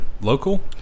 local